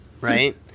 right